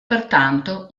pertanto